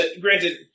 Granted